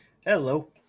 Hello